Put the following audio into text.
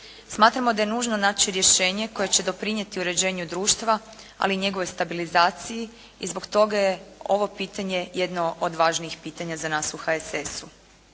Smatramo da je nužno naći rješenje koje će doprinijeti uređenju društva, ali i njegovoj stabilizaciji i zbog toga je ovo pitanje jedno od važnijih pitanja za nas u HSS-u.